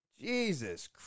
Jesus